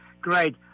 great